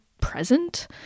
present